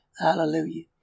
Hallelujah